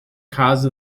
cause